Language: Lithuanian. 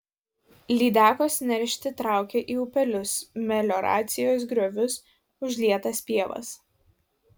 lydekos neršti traukia į upelius melioracijos griovius užlietas pievas